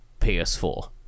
ps4